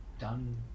done